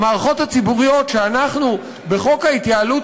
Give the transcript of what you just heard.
המערכות הציבוריות, שאנחנו בחוק ההתייעלות